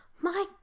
My